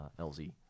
LZ